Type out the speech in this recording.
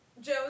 Joe